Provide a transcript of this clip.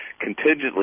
contingently